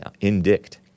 indict